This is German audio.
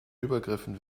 übergriffen